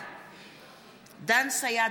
בעד דן סידה,